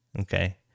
okay